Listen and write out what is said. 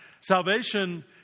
Salvation